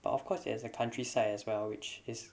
but of course it has a countryside as well which is